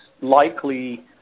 likely